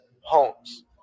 homes